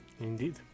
indeed